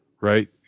right